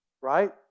right